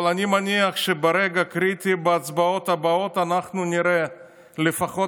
אבל אני מניח שברגע קריטי בהצבעות הבאות אנחנו נראה לפחות